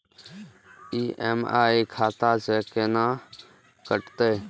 EMI खाता से केना कटते?